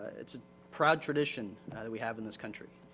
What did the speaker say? it's a proud tradition that we have in this country.